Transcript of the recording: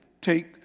take